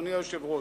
אדוני היושב-ראש,